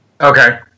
Okay